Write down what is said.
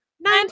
nine